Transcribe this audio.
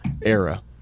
era